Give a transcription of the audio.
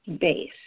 base